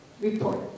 report